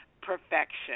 perfection